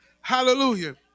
Hallelujah